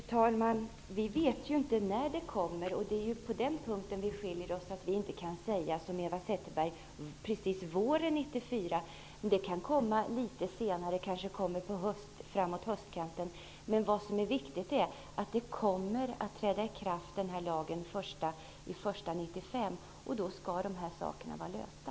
Fru talman! Vi vet ju inte när det kommer. Vi skiljer ju oss åt i att vi inte som Eva Zetterberg kan säga att det skall komma precis på våren 1994. Det kan komma litet senare, kanske framåt höstkanten. Vad som är viktigt är att lagen kommer att träda i kraft den 1 januari 1995, och då skall de här frågorna vara lösta.